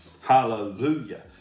Hallelujah